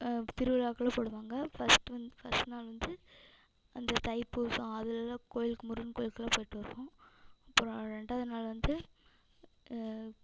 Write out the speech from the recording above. திருவிழாக்கள்லாம் போடுவாங்க ஃபஸ்ட்டு வந்து ஃபஸ்ட் நாள் வந்து அந்த தைப்பூசம் அதெலலாம் கோவிலுக்கு முருகன் கோவிலுக்குலாம் போயிட்டு வருவோம் அப்புறம் ரெண்டாவது நாள் வந்து